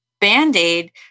band-aid